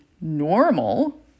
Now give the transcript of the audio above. normal